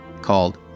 called